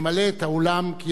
יש בקשות רבות.